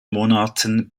monaten